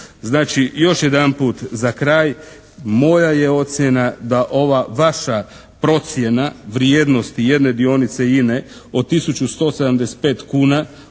Znači, još jedanput za kraj, moja je ocjena da ova vaša procjena vrijednosti jedne dionice INA-e od tisuću